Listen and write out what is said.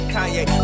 Kanye